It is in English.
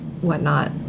whatnot